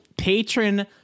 patron